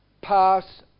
pass